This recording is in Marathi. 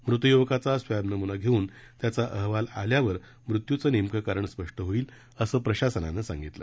मृत युवकाचा स्वॅब नमुना घेऊन त्याचा अहवाल आल्यावर मृत्यूचं नेमके कारण स्पष्ट होईल असं प्रशासनानं सांगितलं